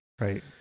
right